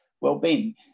well-being